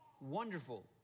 wonderful